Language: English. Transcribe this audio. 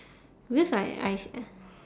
because I I s~ uh